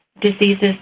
diseases